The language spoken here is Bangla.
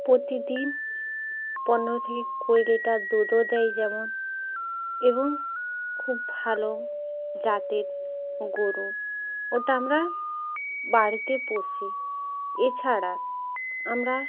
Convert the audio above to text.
প্রতিদিন পনেরো থেকে কুড়ি লিটার দুধও দেয় যেমন এবং খুব ভালো জাতের গরু ওটা আমরা বাড়িতে পুষি এছাড়া আমরা